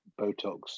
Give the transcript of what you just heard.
botox